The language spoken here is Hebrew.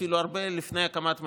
אפילו הרבה לפני הקמת ממשלה.